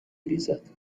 ریزد